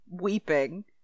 weeping